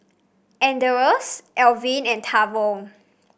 Anders Alvin and Tavon